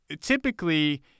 typically